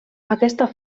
aquesta